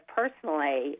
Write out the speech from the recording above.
personally